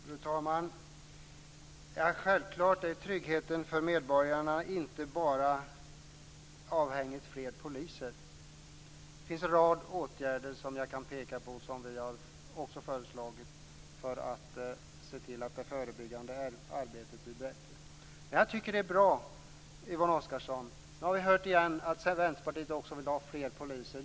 Fru talman! Självklart är tryggheten för medborgarna inte bara avhängig fler poliser. Det finns en rad åtgärder som jag kan peka på som vi har föreslagit för att se till att det förebyggande arbetet blir bättre. Det är bra, Yvonne Oscarsson, att vi nu igen fått höra att Vänsterpartiet vill ha fler poliser.